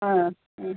ആ